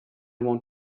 want